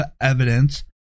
evidence